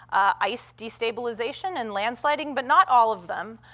ice destabilization, and land sliding, but not all of them,